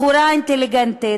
בחורה אינטליגנטית.